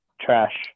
trash